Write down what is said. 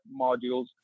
modules